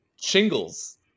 shingles